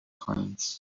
coins